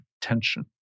tension